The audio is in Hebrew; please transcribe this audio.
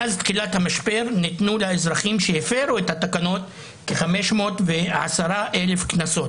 מאז תחילת המשבר ניתנו לאזרחים שהפרו את התקנות כ-510,000 קנסות.